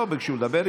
לא ביקשו לדבר,